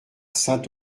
saint